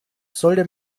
sollte